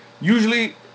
Usually